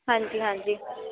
ਹਾਂਜੀ ਹਾਂਜੀ